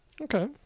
Okay